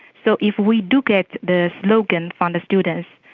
so if we do get the slogan from the students,